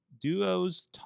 duos